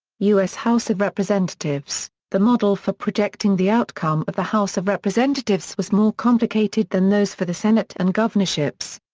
u s. house of representatives the model for projecting the outcome of the house of representatives was more complicated than those for the senate and governorships.